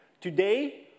Today